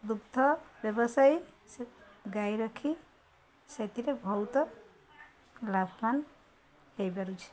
ଦୁଗ୍ଧ ବ୍ୟବସାୟୀ ସେ ଗାଈ ରଖି ସେଥିରେ ବହୁତ ଲାଭବାନ ହେଇପାରୁଛି